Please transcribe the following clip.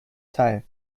teil